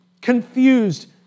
confused